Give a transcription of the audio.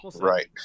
Right